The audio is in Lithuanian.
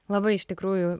labai iš tikrųjų